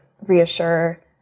reassure